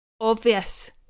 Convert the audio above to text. obvious